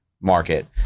market